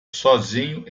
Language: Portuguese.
sozinho